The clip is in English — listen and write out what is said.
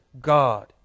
God